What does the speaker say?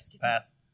Pass